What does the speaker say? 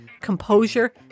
composure